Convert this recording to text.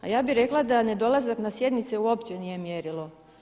A ja bih rekla da nedolazak na sjednice uopće nije mjerilo.